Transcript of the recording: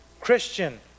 Christian